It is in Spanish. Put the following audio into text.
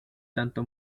tanto